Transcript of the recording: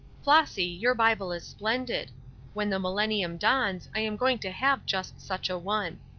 flossy, your bible is splendid when the millennium dawns i am going to have just such a one.